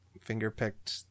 finger-picked